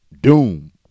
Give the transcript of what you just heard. Doom